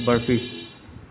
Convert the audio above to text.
barfi